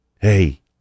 hey